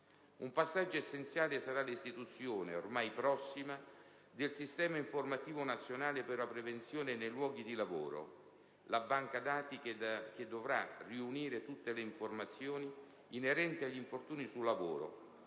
Un passaggio essenziale sarà l'istituzione - ormai prossima - del Sistema informativo nazionale per la prevenzione nei luoghi di lavoro (SINP), la banca dati che dovrà riunire tutte le informazioni inerenti agli infortuni sul lavoro,